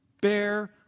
bear